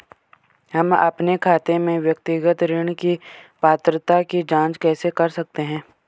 हम अपने खाते में व्यक्तिगत ऋण की पात्रता की जांच कैसे कर सकते हैं?